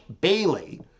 Bailey